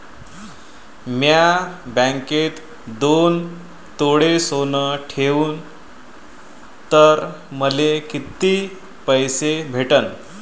म्या बँकेत दोन तोळे सोनं ठुलं तर मले किती पैसे भेटन